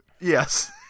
Yes